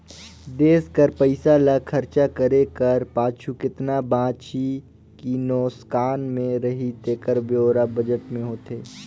देस कर पइसा ल खरचा करे कर पाछू केतना बांचही कि नोसकान में रही तेकर ब्योरा बजट में होथे